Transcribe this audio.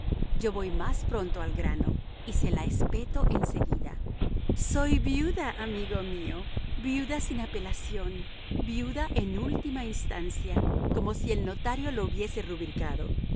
yo voy más pronto al grano y se la espeto en seguida soy viuda amigo mío viuda sin apelación viuda en última instancia como si el notario lo hubiese rubricado